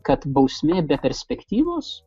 kad bausmė be perspektyvos